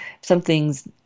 something's